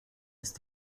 ist